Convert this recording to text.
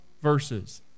verses